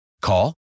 Call